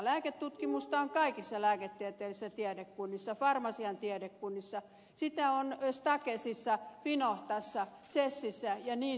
lääketutkimusta on kaikissa lääketieteellisissä tiedekunnissa farmasian tiedekunnissa sitä on stakesissa finohtassa chessissä ja niin edelleen